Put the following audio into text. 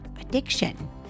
addiction